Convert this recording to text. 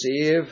save